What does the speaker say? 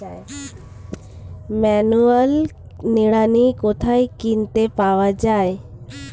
Manual নিড়ানি কোথায় কিনতে পাওয়া যায়?